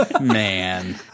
Man